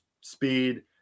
speed